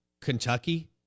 Kentucky